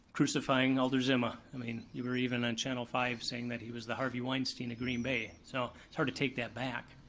crucifying alder zima, i mean, you were even on channel five saying that he was the harvey weinstein of green bay. so it's hard to take that back.